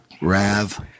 Rav